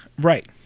right